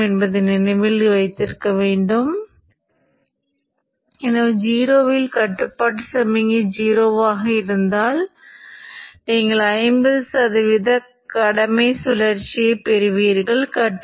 என்னிடம் Vg அல்லது Vg இன் அலைவடிவம் உள்ளது அவை உண்மையில் கேட் அலைவடிவம் நீங்கள் இங்கே கொடுக்கக்கூடிய அலைவடிவம் அல்ல